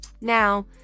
now